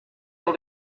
able